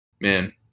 man